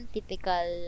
Typical